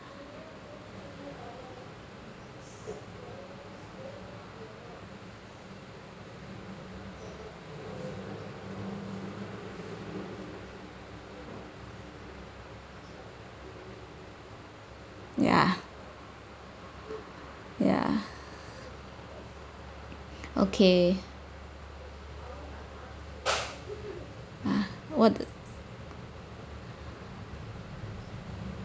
ya ya okay ha what the